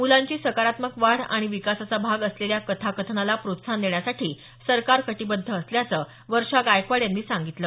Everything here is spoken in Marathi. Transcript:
मुलांची सकारात्मक वाढ आणि विकासाचा भाग असलेल्या कथाकथनाला प्रोत्साहन देण्यासाठी सरकार कटिबद्ध असल्याचं वर्षा गायकवाड यांनी सांगितलं